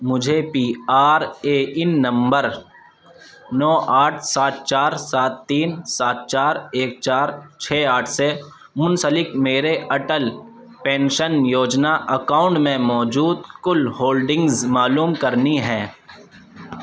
مجھے P R A N نمبر نو آٹھ سات چار سات تین سات چار ایک چار چھ آٹھ سے منسلک میرے اٹل پینشن یوجنا اکاؤنٹ میں موجود کل ہولڈنگز معلوم کرنی ہیں